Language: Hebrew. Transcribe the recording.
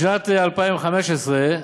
בשנת 2015,